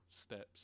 steps